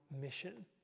mission